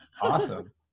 awesome